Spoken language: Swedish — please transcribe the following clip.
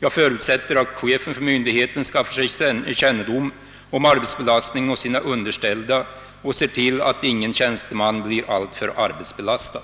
Jag förutsätter att chefen för myndigheten skaffar sig kännedom om ar betsbelastningen hos sina underställda och ser till att ingen tjänsteman blir alltför arbetsbelastad.